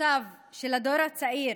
ושאיפותיו של הדור הצעיר